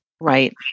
Right